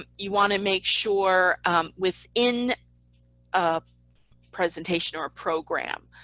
ah you want to make sure within a presentation or a program,